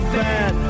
bad